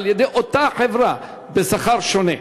על-ידי אותה חברה בשכר שונה.